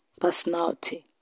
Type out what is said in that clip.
Personality